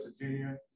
Virginia